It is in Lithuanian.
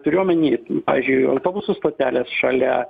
turiu omeny pavyzdžiui autobusų stotelės šalia